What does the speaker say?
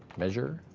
measure.